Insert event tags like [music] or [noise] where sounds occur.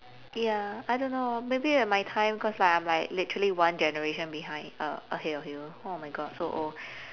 ya I don't know maybe in my time cause like I'm literally one generation behind uh ahead of you oh my god so old [breath]